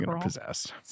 possessed